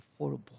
affordable